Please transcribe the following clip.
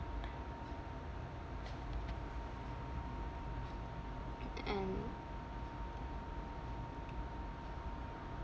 and